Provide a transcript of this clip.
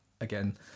again